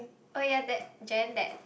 oh yea that Jen that